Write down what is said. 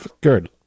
good